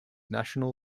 national